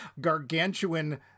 gargantuan